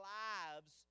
lives